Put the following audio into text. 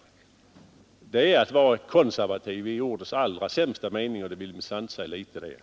Att använda det argumentet är att vara konservativ i ordets allra sämsta mening och det vill minsann inte säga litet.